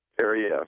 area